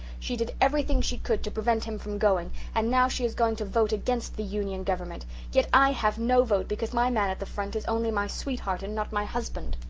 she did everything she could to prevent him from going and now she is going to vote against the union government. yet i have no vote, because my man at the front is only my sweetheart and not my husband!